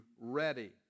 ready